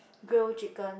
grill chicken